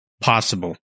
possible